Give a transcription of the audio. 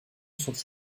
sont